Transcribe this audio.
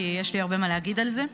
כי יש לי הרבה מה להגיד על זה.